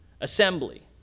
Assembly